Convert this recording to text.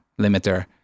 limiter